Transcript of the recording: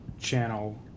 channel